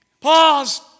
Pause